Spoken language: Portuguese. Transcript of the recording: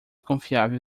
confiável